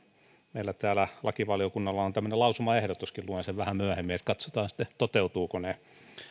meillä täällä lakivaliokunnalla on on tämmöinen lausumaehdotuskin luen sen vähän myöhemmin ja katsotaan sitten toteutuvatko ne